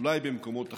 אולי במקומות אחרים.